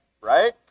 right